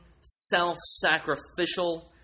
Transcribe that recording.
self-sacrificial